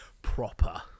proper